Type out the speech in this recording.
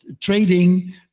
trading